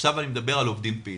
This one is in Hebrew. עכשיו אני מדבר על עובדים פעילים.